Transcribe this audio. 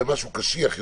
ברור.